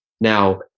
Now